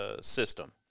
system